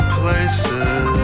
places